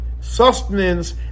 sustenance